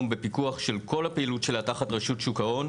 בפיקוח של כל הפעילות שלה תחת רשות שוק ההון,